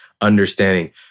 understanding